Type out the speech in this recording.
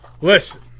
Listen